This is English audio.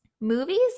movies